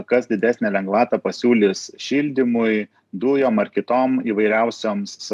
kas didesnę lengvatą pasiūlys šildymui dujom ar kitom įvairiausioms